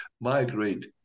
migrate